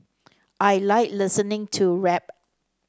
I like listening to rap